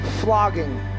flogging